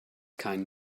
kein